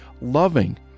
loving